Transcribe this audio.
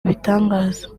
ibitangaza